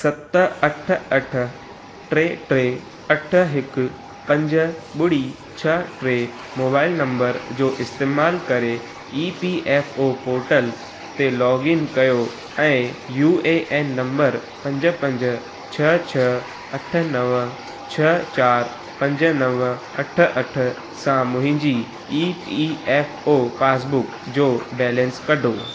सत अठ अठ टे टे अठ हिकु पंज ॿुड़ी छह ट्रे मोबाइल नंबर जो इस्तेमालु करे ईपीएफओ पोटल ते लोगइन कयो ऐं यूएएन नंबर पंज पंज छह छह अठ नव छह चारि पंज नव अठ अठ सां मुंहिंजी ईपीएफओ पासबुक जो बैलेंस कढो